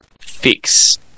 fix